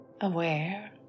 aware